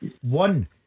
one